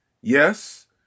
Yes